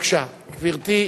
גברתי.